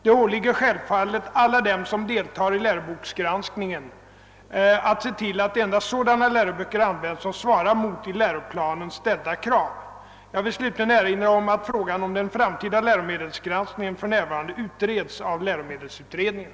Det åligger självfallet alla dem som deltar i läroboksgranskningen att se till att endast sådana läroböcker används som svarar mot i läroplanen ställda krav. Jag vill slutligen erinra om att frågan om den framtida läromedelsgranskningen för närvarande utreds av läromedelsutredningen.